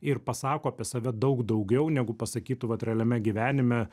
ir pasako apie save daug daugiau negu pasakytų vat realiame gyvenime